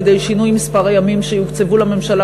על-ידי שינוי מספר הימים שיוקצבו לממשלה